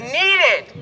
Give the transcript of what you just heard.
needed